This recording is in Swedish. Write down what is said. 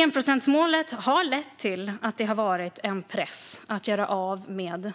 Enprocentsmålet har lett till att det har varit en press att göra av med